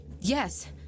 Yes